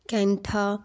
ਕੈਂਠਾ